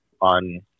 on